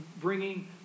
bringing